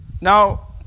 Now